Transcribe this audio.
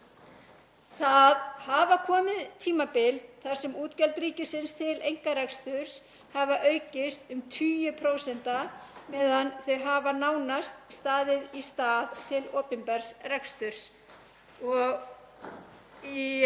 Það hafa komið tímabil þar sem útgjöld ríkisins til einkareksturs hafa aukist um tugi prósenta meðan þau hafa nánast staðið í stað til opinbers reksturs.